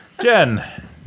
Jen